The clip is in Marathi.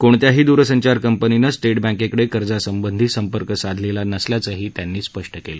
कोणत्याही दूरसंचार कंपनीने स्टेट बँकेकडे कर्जासंबंधी संपर्क साधलेला नाही असंही त्यांनी स्पष्ट केलं